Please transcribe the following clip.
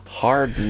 hard